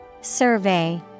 Survey